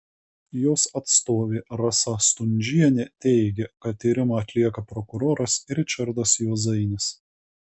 jos atstovė rasa stundžienė teigė kad tyrimą atlieka prokuroras ričardas juozainis